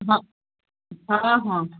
ହଁ ହଁ ହଁ